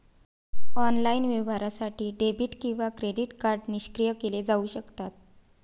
online व्यवहारासाठी debit किंवा credit card निष्क्रिय केले जाऊ शकतात